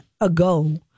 ago